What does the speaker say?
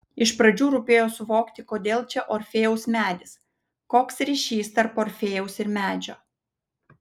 iš pradžių rūpėjo suvokti kodėl čia orfėjaus medis koks ryšys tarp orfėjaus ir medžio